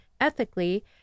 ethically